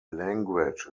language